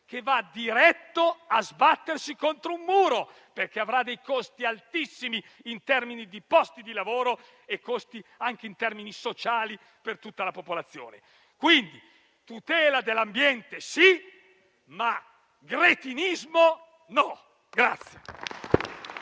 che va diretto a sbattere contro un muro, perché avrà costi altissimi in termini di posti di lavoro e in termini sociali per tutta la popolazione. Quindi tutela dell'ambiente sì, ma "gretinismo" no.